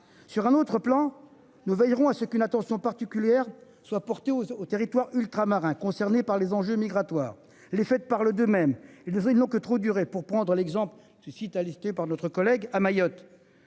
sur un autre plan. Nous veillerons à ce qu'une attention particulière soit portée aux aux territoires ultramarins concernés par les enjeux migratoires les fêtes par le d'de même ils nous ont ils n'ont que trop duré pour prendre l'exemple ce site par notre collègue à Mayotte.